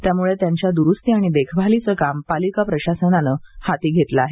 त्यामुळे त्यांच्या दुरुस्ती आणि देखभालीचे काम पालिका प्रशासनाने हाती घेतले आहे